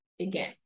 again